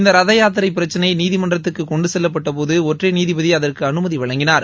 இந்த ரதயாத்திரை பிரச்சனை நீதிமன்றத்துக்கு கொண்டு செல்லப்பட்டபோது ஒற்றை நீதிபதி அதற்கு அனுமதி வழங்கினார்